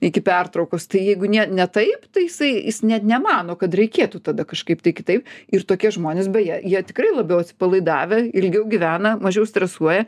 iki pertraukos tai jeigu ne ne taip tai jisai jis net nemano kad reikėtų tada kažkaip tai kitaip ir tokie žmonės beje jie tikrai labiau atsipalaidavę ilgiau gyvena mažiau stresuoja